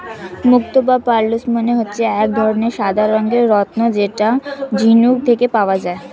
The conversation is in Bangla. মুক্তো বা পার্লস মানে হচ্ছে এক ধরনের সাদা রঙের রত্ন যেটা ঝিনুক থেকে পাওয়া যায়